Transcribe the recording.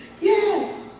Yes